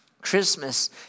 Christmas